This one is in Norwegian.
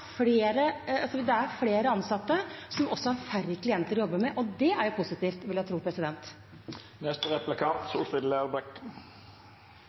flere ansatte som også har færre klienter å jobbe med, og det er positivt, vil jeg tro.